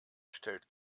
stellt